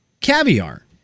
caviar